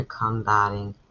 combating